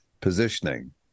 positioning